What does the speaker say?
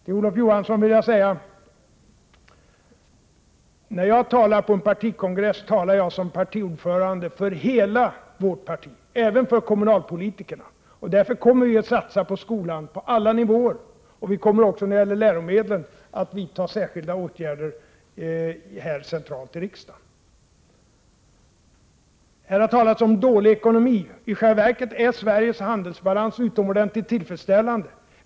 Till Olof Johansson vill jag säga: När jag talar på en partikongress, talar jag som partiordförande för hela vårt parti, även för kommunalpolitikerna. Därför kommer vi att satsa på skolan på alla nivåer. Vi kommer också när det gäller läromedlen att centralt vidta särskilda åtgärder, här i riksdagen. Här har det talats om dålig ekonomi. I själva verket är Sveriges handelsbalans utomordentligt tillfredsställande.